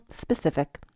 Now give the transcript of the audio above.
specific